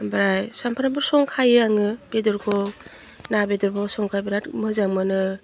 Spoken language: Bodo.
ओमफ्राय सामफ्रामबो संखायो आङो बेदरखौ ना बेदरबो संखाय बिराद मोजां मोनो